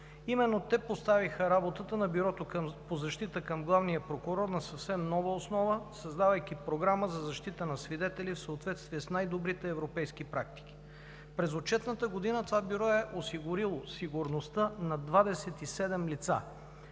Именно те поставиха работата на Бюрото по защита към главния прокурор на съвсем нова основа, създавайки програма за защита на свидетели, в съответствие с най-добрите европейски практики. През отчетната година това бюро е осигурило сигурността на 27 лица